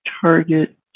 target